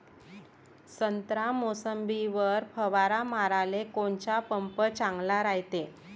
संत्रा, मोसंबीवर फवारा माराले कोनचा पंप चांगला रायते?